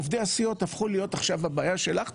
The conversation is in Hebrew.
עובדי הסיעות הפכו להיות עכשיו הבעיה שלך,